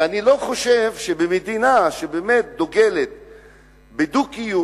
שאני לא חושב שמדינה שבאמת דוגלת בדו-קיום,